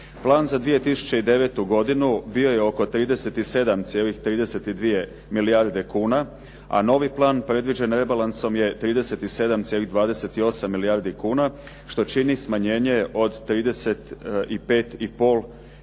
Plan za 2009. godinu bio je oko 37,32 milijarde kuna a novi plan predviđen rebalansom je 37,28 milijardi kuna što čini smanjenje od 35,5 milijuna